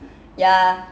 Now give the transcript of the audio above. ya